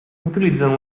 utilizzano